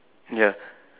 ya